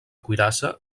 cuirassa